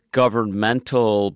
governmental